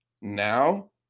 Now